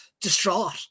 distraught